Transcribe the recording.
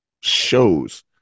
shows